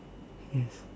yes